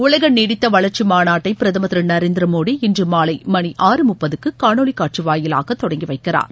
உலக நீடித்த வளர்ச்சி மாநாட்டை பிரதமர் திரு நரேந்திர மோடி இன்று மாலை மணி ஆறு முப்பதுக்கு காணொலி காட்சி வாயிலாக தொடங்கி வைக்கிறார்